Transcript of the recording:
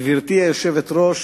גברתי היושבת-ראש,